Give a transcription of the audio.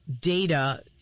data